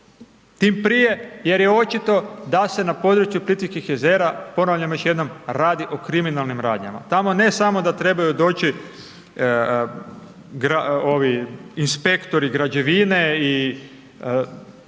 tim prije jer je očito da se na području Plitvičkih jezera, ponavljam još jednom, radi o kriminalnim radnjama, tamo ne samo da trebaju doći inspektori građevine i ljudi